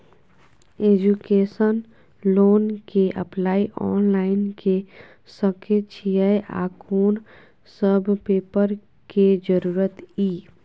Education loan के apply online के सके छिए आ कोन सब पेपर के जरूरत इ?